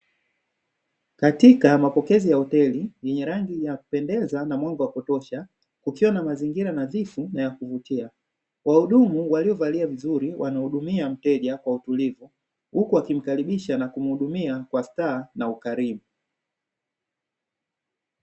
Katika mapokezi ya hoteli yenye rangi ya kupendeza na mwanga wa kutosha, kukiwa na mazingira nadhifu na ya kuvutia. Wahudumu waliovalia vizuri wanahudumia mteja kwa utulivu, huku wakimkaribisha na kumhudumia kwa staha na ukarimu.